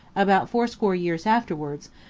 about fourscore years afterwards,